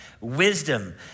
wisdom